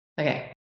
Okay